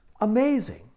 Amazing